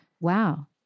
Wow